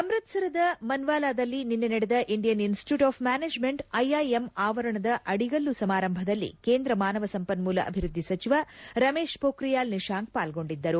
ಅಮ್ಬತ್ಸರದ ಮನವಾಲಾದಲ್ಲಿ ನಿನ್ನೆ ನಡೆದ Indian institute of management IIM ಆವರಣ ಅಡಿಗಲ್ಲು ಸಮಾರಂಭದಲ್ಲಿ ಕೇಂದ್ರ ಮಾನವ ಸಂಪನ್ಮೂಲ ಅಭಿವೃದ್ದಿ ಸಚಿವ ರಮೇಶ್ ಪೋಖಿಯಾಲ್ ನಿಶಾಂಕ್ ಪಾಲ್ಗೊಂಡಿದ್ದರು